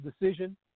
decision